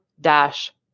dash